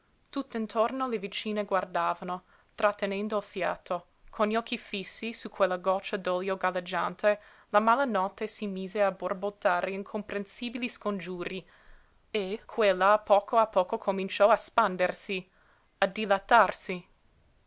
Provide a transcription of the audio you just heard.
mezzo tutt'intorno le vicine guardavano trattenendo il fiato con gli occhi fissi su quella goccia d'olio galleggiante la malanotte si mise a borbottare incomprensibili scongiuri e quella a poco a poco cominciò a spandersi a dilatarsi